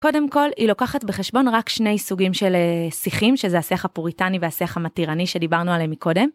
קודם כל היא לוקחת בחשבון רק שני סוגים של שיחים שזה השיח הפוריטני והשיח המתירני שדיברנו עליהם מקודם.